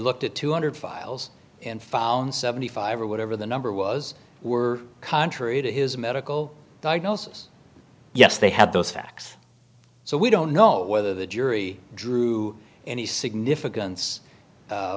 looked at two hundred files and found seventy five or whatever the number was were contrary to his medical diagnosis yes they had those facts so we don't know whether the jury drew any significance